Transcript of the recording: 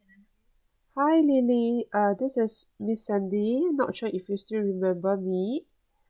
hi lily uh this is miss sandy not sure if you still remember me